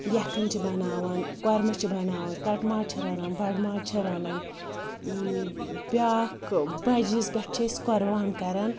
یَکھٕنۍ چھِ بَناوان کۄرمہٕ چھِ بَناوان کَٹہٕ ماز چھِ رَنان بَڑٕ ماز چھِ رَنان بیٛاکھ بَجہِ عیٖز پٮ۪ٹھ چھِ أسۍ قۄربان کَران